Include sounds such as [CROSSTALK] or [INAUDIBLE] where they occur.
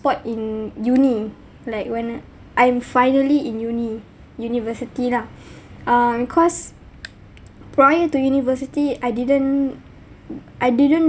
spot in uni like when I I'm finally in uni university lah [BREATH] um cause prior to university I didn't I didn't